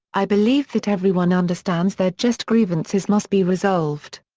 i believe that everyone understands their just grievances must be resolved.